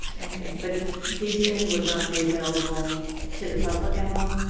okay, but these things would not be available to the public at all?